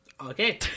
Okay